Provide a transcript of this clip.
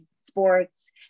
sports